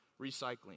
recycling